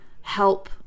help